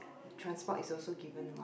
transport is also given lah